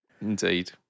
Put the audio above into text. indeed